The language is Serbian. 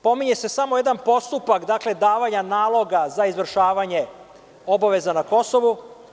Pominje se samo jedan postupak davanja naloga za izvršavanje obaveza na Kosovu.